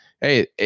Hey